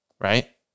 Right